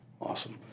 Awesome